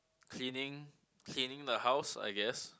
cleaning cleaning the house I guess